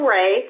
Ray